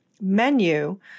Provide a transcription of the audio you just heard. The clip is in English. menu